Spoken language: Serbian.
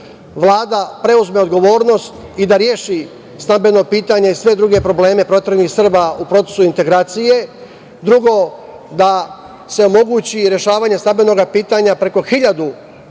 Vlada preuzme odgovornost i da reši stambeno pitanje i sve druge probleme proteranih Srba u procesu integracije. Drugo da, se omogući rešavanje stabilnoga pitanja preko hiljadu